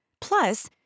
Plus